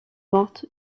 porte